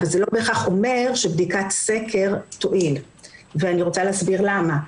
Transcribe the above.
אבל זה לא בהכרח אומר שבדיקת סקר תועיל ואני רוצה להסביר למה.